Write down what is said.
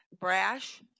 Brash